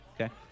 Okay